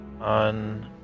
on